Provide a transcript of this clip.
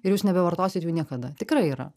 ir jūs nebevartosit jų niekada tikrai yra